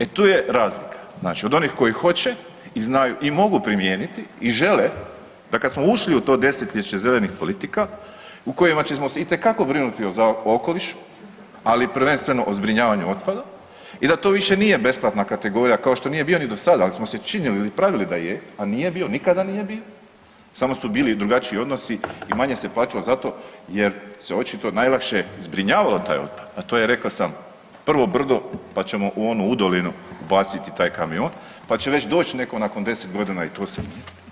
E tu je razlika od onih koji hoće i znaju i mogu primijeniti i žele da kad smo ušli u to desetljeće zelenih politika u kojima ćemo se itekako brinuti o okolišu, ali i prvenstveno o zbrinjavanju otpada i da to više nije besplatna kategorija, kao što nije bio ni do sada, al smo se činili ili pravili da je, a nije bio, nikada nije bio, samo su bili drugačiji odnosi i manje se plaćalo zato jer se očito najlakše zbrinjavalo taj otpad, a to je rekao sam, prvo brdo, pa ćemo u onu udolinu baciti taj kamion, pa će već doć neko nakon 10.g. i to sanirat.